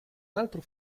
altro